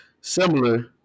Similar